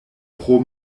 pro